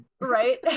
Right